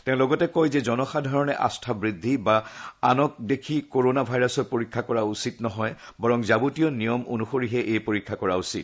তেওঁ লগতে কয় যে জনসাধাৰণে আস্থা বৃদ্ধি বা আনক দেখি কৰণা ভাইৰাছৰ পৰীক্ষা কৰা উচিত নহয় বৰং যাৱতীয় নিয়ম অনুসৰিহে এই পৰীক্ষা কৰা উচিত